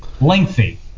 lengthy